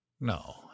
No